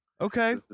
Okay